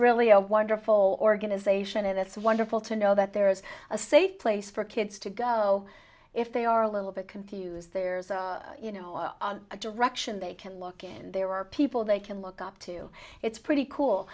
really a wonderful organization and it's wonderful to know that there's a safe place for kids to go if they are a little bit confused there's a you know a direction they can look and there are people they can look up to it's pretty